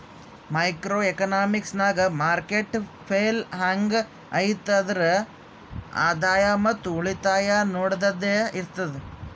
micro economics ನಾಗ್ market fail ಹ್ಯಾಂಗ್ ಐಯ್ತ್ ಆದ್ರ ಆದಾಯ ಮತ್ ಉಳಿತಾಯ ನೊಡದ್ದದೆ ಇರ್ತುದ್